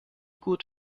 gut